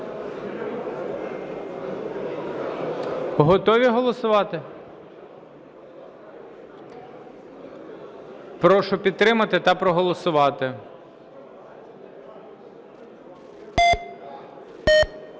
Готові голосувати? Прошу підтримати та проголосувати.